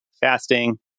fasting